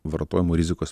vartojimo rizikos